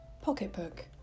Pocketbook